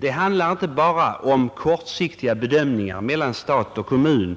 Det handlar inte bara om kortsiktiga avvägningar mellan stat och kommun,